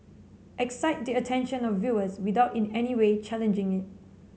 excite the attention of viewers without in any way challenging it